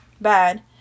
bad